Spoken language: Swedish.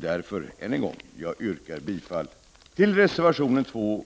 Därför än en gång: Jag yrkar bifall till reservation 2